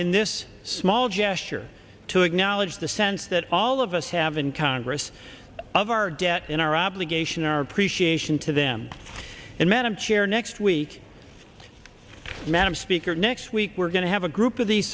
in this small gesture to acknowledge the sense that all of us have in congress of our debt in our obligation our appreciation to them and madam chair next week madam speaker next week we're going to have a group of the